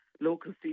local